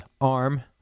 Arm